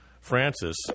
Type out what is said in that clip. Francis